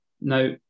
Now